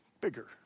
bigger